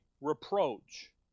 reproach